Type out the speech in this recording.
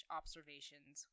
observations